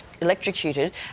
electrocuted